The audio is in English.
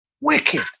wicked